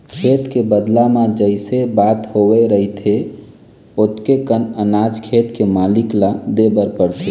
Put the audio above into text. खेत के बदला म जइसे बात होवे रहिथे ओतके कन अनाज खेत के मालिक ल देबर परथे